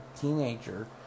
teenager